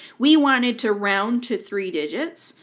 we wanted to round to three digits,